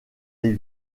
les